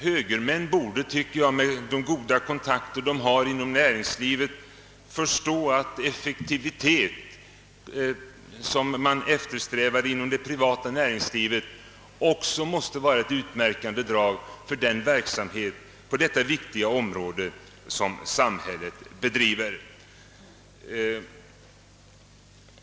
Högermän med sina goda kontakter inom näringslivet borde förstå att den effektivitet, som man eftersträvar inom det privata näringslivet, också måste bli ett utmärkande drag för samhällets verksamhet på detta viktiga område.